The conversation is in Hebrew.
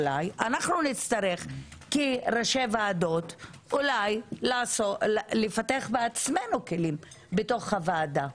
אולי אנחנו נצטרך כראשי ועדות אולי לפתח בעצמנו כלים בתוך הוועדה.